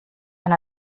and